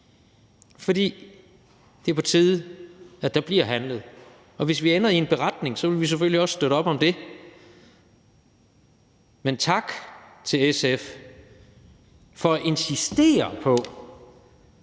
For det er på tide, at der bliver handlet. Og hvis vi ender med en beretning, vil vi selvfølgelig også støtte op om den. Men tak til SF for at insistere på,